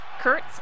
Kurtz